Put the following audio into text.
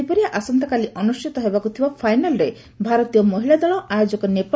ସେହିପରି ଆସନ୍ତାକାଲି ଅନୁଷ୍ଠିତ ହେବାକୁଥିବା ଫାଇନାଲ୍ରେ ଭାରତୀୟ ମହିଳା ଦଳ ଆୟୋଜକ ନେପାଳକୁ ଭେଟିବ